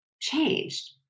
changed